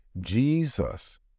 Jesus